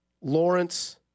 Lawrence